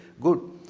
good